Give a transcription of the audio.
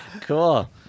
Cool